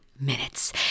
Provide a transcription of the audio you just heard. Minutes